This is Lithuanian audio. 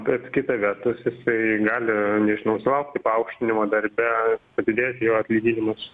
bet kita vertus jisai gali nežinau sulaukti paaukštinimo darbe atidėti jo atlyginimus